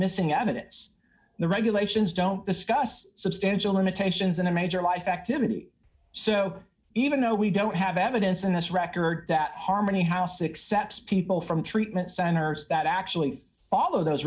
missing evidence the regulations don't discuss substantial limitations in a major life activity so even though we don't have evidence in this record that harmony house except people from treatment centers that actually follow those